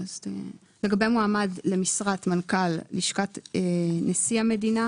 "לגבי מועמד למשרת מנכ"ל לשכת נשיא המדינה